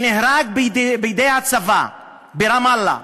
שנהרג בידי הצבא ברמאללה,